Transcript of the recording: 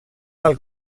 del